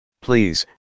Please